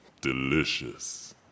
Delicious